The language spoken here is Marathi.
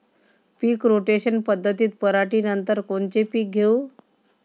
पीक रोटेशन पद्धतीत पराटीनंतर कोनचे पीक घेऊ?